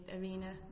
Arena